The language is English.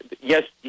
yes